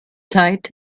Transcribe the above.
zeit